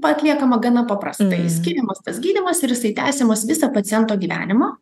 atliekama gana paprastai skiriamas tas gydymas ir jisai tęsiamas visą paciento gyvenimą